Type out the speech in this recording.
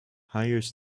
hires